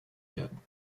werden